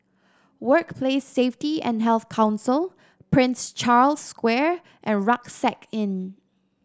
Workplace Safety and Health Council Prince Charles Square and Rucksack Inn